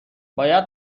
باید